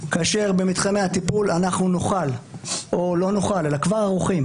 כאשר במתחמי הטיפול אנחנו כבר ערוכים